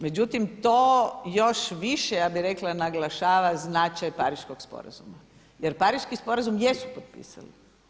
Međutim, to još više ja bih rekla naglašava značaj Pariškog sporazuma jer Pariški sporazum jesu potpisali.